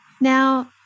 Now